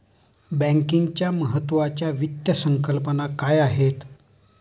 बँकिंगच्या महत्त्वाच्या वित्त संकल्पना काय आहेत?